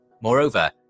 Moreover